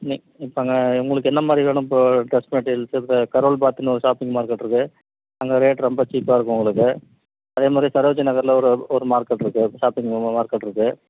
நீங் இப்போங்க உங்களுக்கு என்ன மாதிரி வேணும் இப்போது ட்ரஸ் மெட்டீரியல்ஸு இப்போ கரூல் பாத்னு ஒரு ஷாப்பிங் மார்கெட் இருக்குது அங்கே ரேட் ரொம்ப சீப்பாக இருக்கும் உங்களுக்கு அதே மாதிரி சரோஜினி நகரில் ஒரு ஒரு மார்கெட் இருக்குது ஷாப்பிங் மார்கெட் இருக்குது